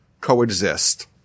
coexist